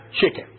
chicken